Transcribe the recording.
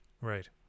Right